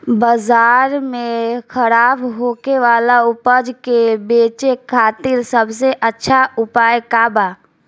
बाजार में खराब होखे वाला उपज के बेचे खातिर सबसे अच्छा उपाय का बा?